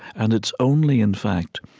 and it's only, in fact,